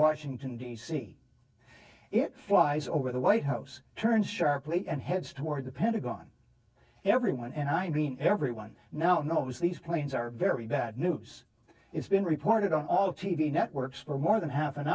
washington d c it flies over the white house turned sharply and heads toward the pentagon everyone and i mean everyone now knows these planes are very bad news it's been reported all of t v networks for more than half an